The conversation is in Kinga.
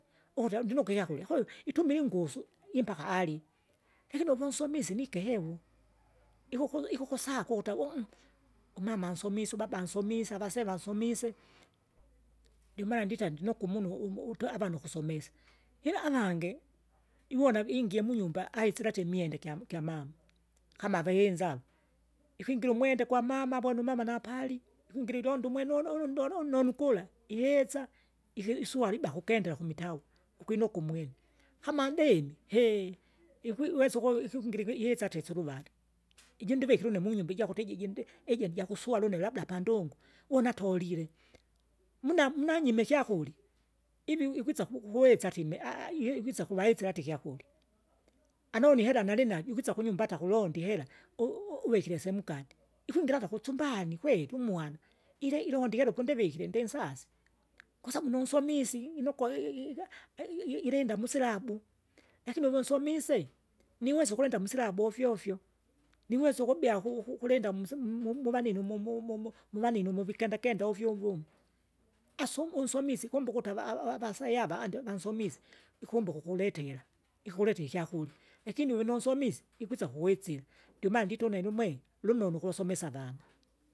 Ukuti aundinokwa ikyakurya ku itumia ingusu, impaka alye, lakini uvo nsomise nike hehu, ikuku- ikukusaka ukuta umama ansomise ubaba ansomise, avasee vansomise. Ndiomaana bdita ndinokwa umunu uvu utwavandu ukusomesa, ila avange, iwona ingie munyumba aisilati imwenda igya- igyamama, kama avenza, ikwingira umwenda ugwamama vonumama napali, ikwingira ilonda umwene ununu undo unnonu kura, ihisa, ikiswali ibahu kukendera kimitau ukwinuke umwene. Kama dimi ukwi- wesa okuve ikwingira jirisate isuruvali, iji ndivikile une munyumba ijakuti iji jindi iji ndijakuswala une labda pandingu. Unatolile muna munanyime ikyakurya, ivi ikwisa kukuweza atime iwi- iwisa ikuvahesera hata ikyakurya, anone ihera nalinajo ikwisa kunyumba hata kulonda ihera u- uwikire sehemu gani. Ikwingire hata kuchumbani kweri umwana, ile- ilonda ihera pondivikire ndinsasi, kwasabu nunsomisi inokwa i- i- ia- i- i- ilinda musilabu. Lakini uve unsomise, niwese ukulinda musilabu ofyo ofyo, niwesa ukubya uku- ukulinda musi mumanini mumumu mumanini muvikenda kenda ovyovumu, asume unsomisye ikumba ukute ava- ava- avasai avandi vansomise, ikumbuka ukuletera, ikukuletera ikyakurya, lakini uvi nunsomise ikwisa kuwitsila, ndiomaana ndita une numwe, lumilo nukulusomesa avana.